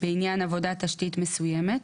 בעניין עבודת תשתית מסוימת,